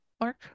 Mark